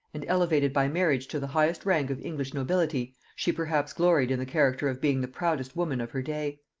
and elevated by marriage to the highest rank of english nobility, she perhaps gloried in the character of being the proudest woman of her day.